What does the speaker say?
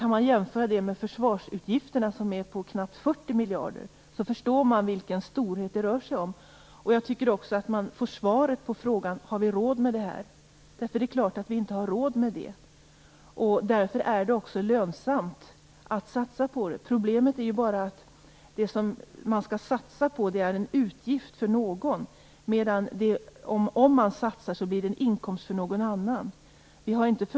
Om man jämför med försvarsutgifterna, som motsvarar knappt 40 miljarder, så förstår man vilken storhet det rör sig om. Man får också svaret på frågan om vi har råd med detta, för det är klart att vi inte har. Därför är det lönsamt att satsa på detta. Problemet är bara att det som man skall satsa på är en utgift för någon, medan det blir en inkomst för någon annan om man gör satsningen.